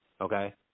okay